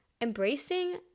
Embracing